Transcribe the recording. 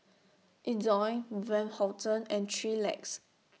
Ezion Van Houten and three Legs